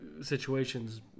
situation's